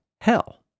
Hell